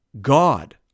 God